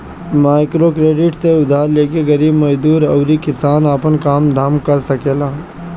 microcredit से उधार लेके गरीब मजदूर अउरी किसान आपन काम धाम कर सकेलन